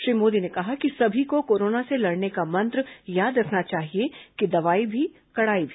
श्री मोदी ने कहा कि सभी को कोरोना से लड़ने का मंत्र याद रखना चाहिए कि दवाई भी कड़ाई भी